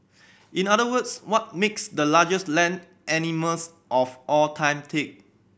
in other words what makes the largest land animals of all time tick